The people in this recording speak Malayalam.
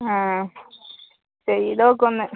അ ചെയ്തോക്ക് ഒന്ന്